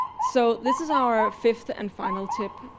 so this is our fifth and final tip,